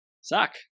suck